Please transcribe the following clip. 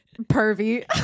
pervy